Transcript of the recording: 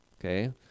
Okay